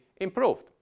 improved